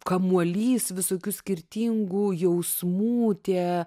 kamuolys visokių skirtingų jausmų tie